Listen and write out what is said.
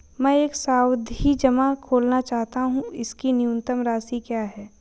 मैं एक सावधि जमा खोलना चाहता हूं इसकी न्यूनतम राशि क्या है?